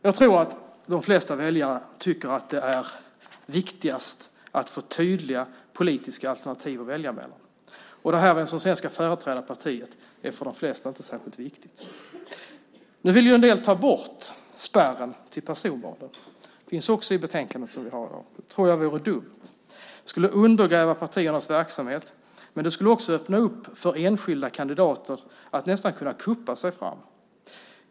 Jag tror att de flesta väljare tycker att det är viktigast att få tydliga politiska alternativ att välja mellan. Vem som företräder partiet är för de flesta svenskar inte särskilt viktigt. Nu vill en del ta bort spärren till personvalen. Det finns också med i betänkandet. Det tror jag vore dumt. Det skulle undergräva partiernas verksamhet, och det skulle också öppna för enskilda kandidater att nästan kunna kuppa sig fram.